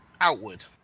Outward